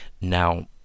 now